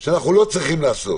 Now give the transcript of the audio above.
אנחנו לא צריכים לעשות